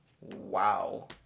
wow